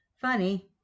Funny